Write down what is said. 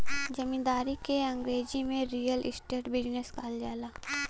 जमींदारी के अंगरेजी में रीअल इस्टेट बिजनेस कहल जाला